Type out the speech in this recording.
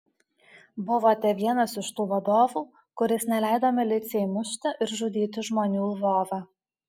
buvote vienas iš tų vadovų kuris neleido milicijai mušti ir žudyti žmonių lvove